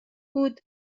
بود